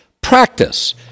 practice